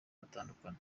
gutandukana